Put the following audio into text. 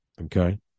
Okay